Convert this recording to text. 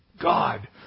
God